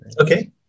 Okay